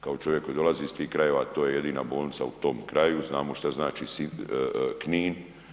Kao čovjek koji dolazi iz tih krajeva, to je jedina bolnica u tom kraju, znamo što znači Knin.